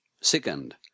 Second